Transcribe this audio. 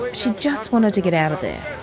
she just wanted to get out of there.